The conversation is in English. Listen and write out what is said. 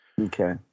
Okay